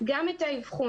גם את האבחון,